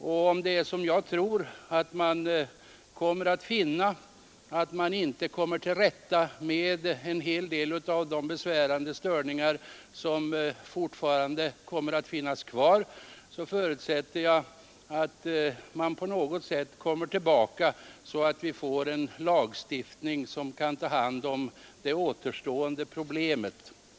Och om det är som jag tror, att man finner att man inte kommer till rätta med en hel del av de besvärande störningar som kvarstår, så förutsätter jag att man på något sätt kommer tillbaka, så att vi får en lagstiftning som kan gälla för det återstående problemet.